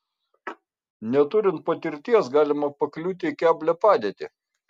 neturint patirties galima pakliūti į keblią padėtį